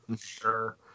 Sure